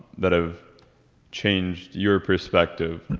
that have changed your perspective?